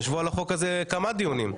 ישבו על החוק הזה כמה דיונים.